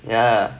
yeah lah